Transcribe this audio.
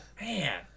man